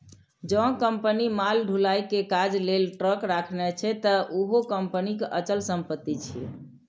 जौं कंपनी माल ढुलाइ के काज लेल ट्रक राखने छै, ते उहो कंपनीक अचल संपत्ति छियै